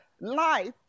life